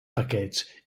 paquets